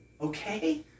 Okay